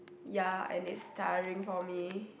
ya and it's tiring for me